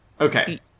Okay